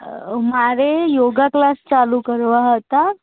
મારે yoga class ચાલુ કરવા હતા